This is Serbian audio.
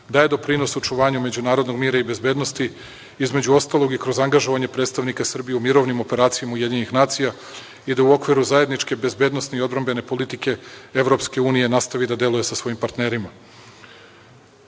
daje doprinos očuvanju međunarodnog mira i bezbednosti, između ostalog i kroz angažovanje predstavnika Srbije i mirovnim operacijama UN i da u okviru zajedničke bezbednosne i odbrambene politike EU nastavi da deluje sa svojim partnerima. Nacionalna